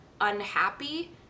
unhappy